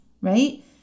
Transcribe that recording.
right